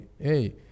hey